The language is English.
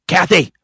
Kathy